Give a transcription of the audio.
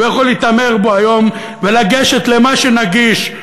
הוא יכול להתעמר בו היום ולגשת למה שנגיש,